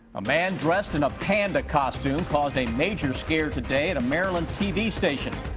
a man dressed in a panda costume. caused a major scare today at a maryland t v station.